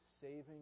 saving